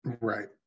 Right